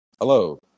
Hello